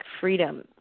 freedom